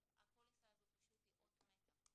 הפוליסה הזו היא פשוט אות מתה.